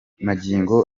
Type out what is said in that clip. magingo